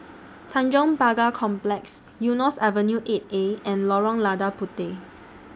Tanjong Pagar Complex Eunos Avenue eight A and Lorong Lada Puteh